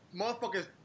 motherfuckers